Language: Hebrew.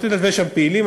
ויש שם פעילים,